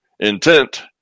intent